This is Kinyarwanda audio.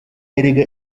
erega